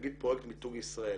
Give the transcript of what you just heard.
נגיד פרויקט מיתוג ישראל,